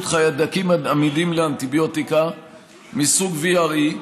חיידקים עמידים לאנטיביוטיקה מסוג VRE,